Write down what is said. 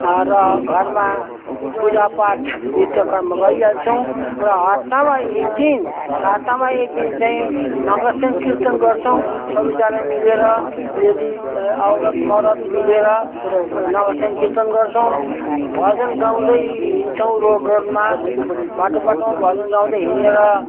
र घरमा पूजापाठ नित्य कर्म गरिहाल्छौँ र हप्तामा एकदिन सातामा एकदिन चाहिँ नगरसेन किर्तन गर्छौँ सबैजना मिलेर लेडिस औरत मरद मिलेर नगरसेन किर्तन गर्छौँ भजन गाउँदै हिँड्छौँ रोड रोडमा बाटो बाटोमा भजन गाउँदै हिँडेर